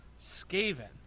Skaven